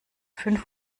fünf